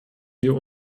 wir